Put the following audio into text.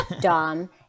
Dom